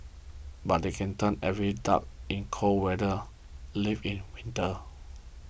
but they can turn every dark in cold weather live in winter